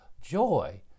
joy